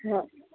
ହଁ